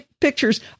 pictures